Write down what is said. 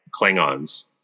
Klingons